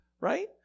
Right